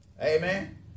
Amen